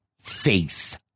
face